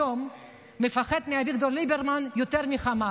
היום מפחד מאביגדור ליברמן יותר מהחמאס,